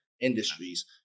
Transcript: industries